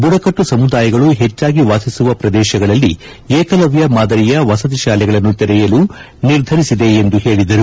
ಬುಡಕಟ್ಟು ಸಮುದಾಯಗಳು ಹೆಚ್ಚಾಗಿ ವಾಸಿಸುವ ಪ್ರದೇಶಗಳಲ್ಲಿ ಏಕಲವ್ಯ ಮಾದರಿಯ ವಸತಿ ಶಾಲೆಗಳನ್ನು ತೆರೆಯಲು ನಿರ್ಧರಿಸಿದೆ ಎಂದು ಹೇಳಿದರು